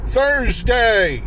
Thursday